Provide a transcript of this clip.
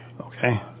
Okay